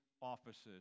offices